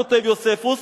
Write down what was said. כותב יוספוס,